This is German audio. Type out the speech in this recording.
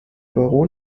baron